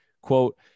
quote